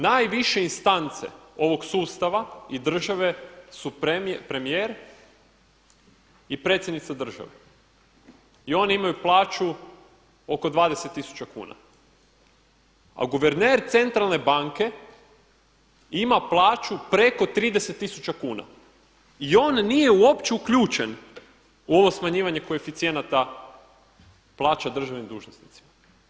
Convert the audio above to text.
Najviše instance ovog sustava i države su premijer i predsjednica države i oni imaju plaću oko 20000 kuna, a guverner Centralne banke ima plaću preko 30000 kuna i on nije uopće uključen u ovo smanjivanje koeficijenata plaća državnim dužnosnicima.